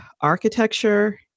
architecture